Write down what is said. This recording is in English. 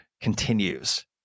continues